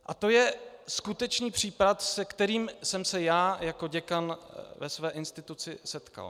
A to je skutečný případ, se kterým jsem se já jako děkan ve své instituci setkal.